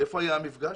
איפה יהיה המפגש?